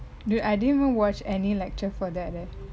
dude I didn't even watch any lecture for that leh